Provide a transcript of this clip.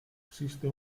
existe